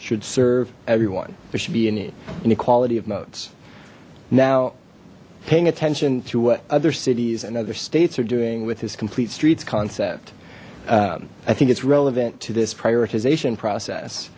should serve everyone there should be any inequality of modes now paying attention to what other cities and other states are doing with this complete streets concept i think it's relevant to this prioritization process